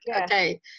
okay